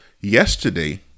yesterday